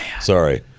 Sorry